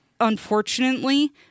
unfortunately